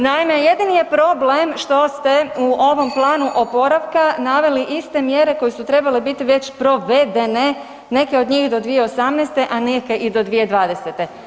Naime, jedini je problem što ste u ovom planu oporavka naveli iste mjere koje su trebale biti već provedene, neke njih do 2018., a neke i do 2020.